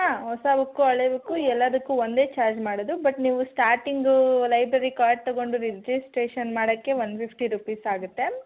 ಹಾಂ ಹೊಸ ಬುಕ್ಕು ಹಳೆ ಬುಕ್ಕು ಎಲ್ಲದಕ್ಕೂ ಒಂದೇ ಚಾರ್ಜ್ ಮಾಡೋದು ಬಟ್ ನೀವು ಸ್ಟಾರ್ಟಿಂಗೂ ಲೈಬ್ರರಿ ಕಾರ್ಡ್ ತಗೊಂಡು ರಿಜಿಸ್ಟ್ರೇಷನ್ ಮಾಡೋಕೆ ಒನ್ ಫಿಫ್ಟಿ ರೂಪೀಸ್ ಆಗುತ್ತೆ